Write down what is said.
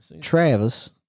Travis